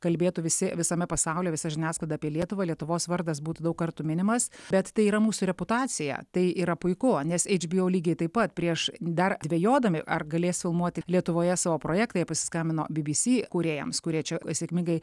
kalbėtų visi visame pasaulyje visa žiniasklaida apie lietuvą lietuvos vardas būtų daug kartų minimas bet tai yra mūsų reputacija tai yra puiku nes hbo lygiai taip pat prieš dar dvejodami ar galės filmuoti lietuvoje savo projektą jie pasiskambino bbc kūrėjams kurie čia sėkmingai